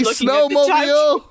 snowmobile